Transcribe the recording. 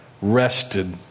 rested